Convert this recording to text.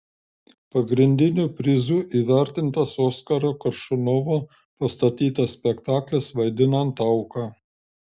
pagrindiniu prizu įvertintas oskaro koršunovo pastatytas spektaklis vaidinant auką